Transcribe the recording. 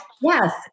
yes